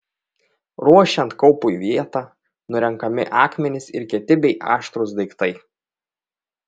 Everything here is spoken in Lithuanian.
ruošiant kaupui vietą nurenkami akmenys ir kieti bei aštrūs daiktai